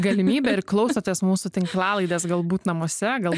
galimybė ir klausotės mūsų tinklalaidės galbūt namuose gal